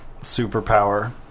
superpower